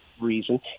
reason